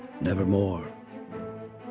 Nevermore